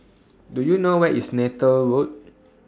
Do YOU know Where IS Neythal Road